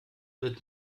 wird